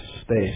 space